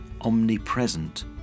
omnipresent